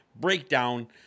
breakdown